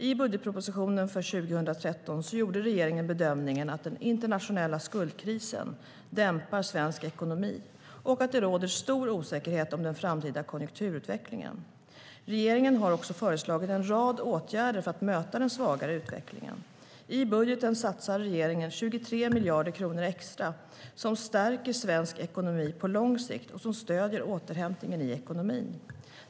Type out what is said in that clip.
I budgetpropositionen för 2013 gjorde regeringen bedömningen att den internationella skuldkrisen dämpar svensk ekonomi och att det råder stor osäkerhet om den framtida konjunkturutvecklingen. Regeringen har också föreslagit en rad åtgärder för att möta den svagare utvecklingen. I budgeten satsar regeringen 23 miljarder kronor extra som stärker svensk ekonomi på lång sikt och som stöder återhämtningen i ekonomin.